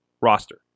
roster